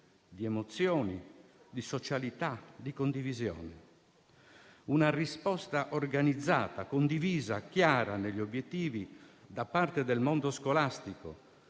di emozioni, di socialità, di condivisione. Una risposta organizzata, condivisa e chiara negli obiettivi da parte del mondo scolastico,